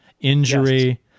injury